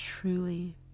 truly